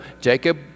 Jacob